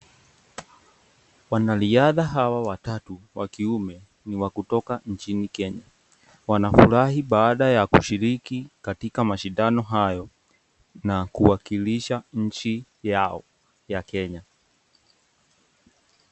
Wanariadha hawa watatu wa kiume ni wa kutoka nchini Kenya. Wanafurahi baada ya kushiriki katika mashindano hayo na kuwakilisha nchi yao ya Kenya.